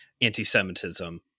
anti-Semitism